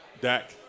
Dak